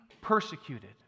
persecuted